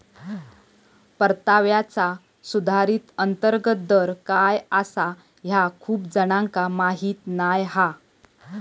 परताव्याचा सुधारित अंतर्गत दर काय आसा ह्या खूप जणांका माहीत नाय हा